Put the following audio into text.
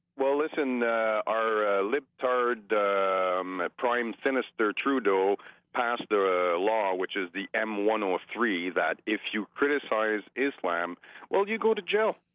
well, listen our lipfird prime so minister trudeau passed a ah law which is the m one or three that if you criticize islam well you go to jail